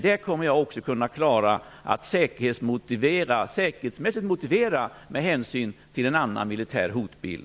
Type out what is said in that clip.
Det kommer jag också klara att motivera säkerhetsmässigt, med hänsyn till en annan militär hotbild.